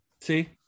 See